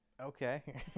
Okay